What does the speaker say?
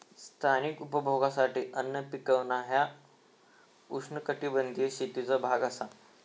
स्थानिक उपभोगासाठी अन्न पिकवणा ह्या उष्णकटिबंधीय शेतीचो भाग असा